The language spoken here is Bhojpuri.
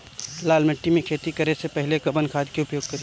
लाल माटी में खेती करे से पहिले कवन खाद के उपयोग करीं?